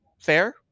Fair